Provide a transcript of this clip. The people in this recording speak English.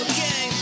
Okay